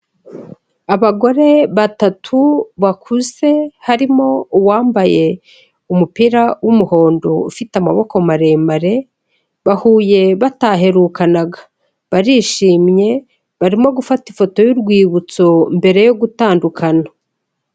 Abagore batatu bakuze harimo uwambaye umupira w'umuhondo ufite amaboko maremare, bahuye bataherukanaga barishimye barimo gufata ifoto y'urwibutso mbere yo gutandukana.